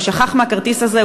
הוא שכח מהכרטיס הזה,